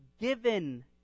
given